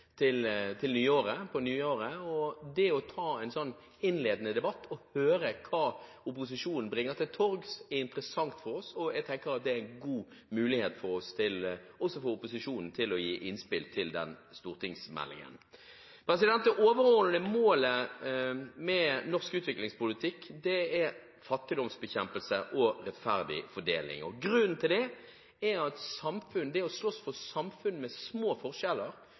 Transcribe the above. stortingsmelding på nyåret som handler om nettopp rettferdig fordeling, demokrati og vekst, og det å ta en innledende debatt og høre hva opposisjonen bringer til torgs, er interessant for oss. Jeg tenker det er en god mulighet for oss, og også en god mulighet for opposisjonen til å gi innspill til stortingsmeldingen. Det overordnede målet med norsk utviklingspolitikk er fattigdomsbekjempelse og rettferdig fordeling. Grunnen er at det å slåss for samfunn med små forskjeller,